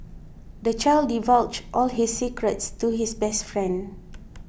the child divulged all his secrets to his best friend